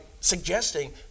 suggesting